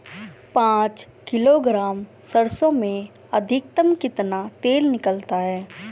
पाँच किलोग्राम सरसों में अधिकतम कितना तेल निकलता है?